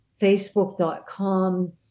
Facebook.com